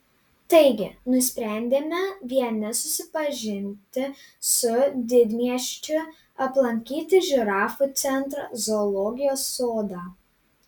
taigi nusprendėme vieni susipažinti su didmiesčiu aplankyti žirafų centrą zoologijos sodą